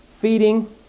Feeding